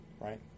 right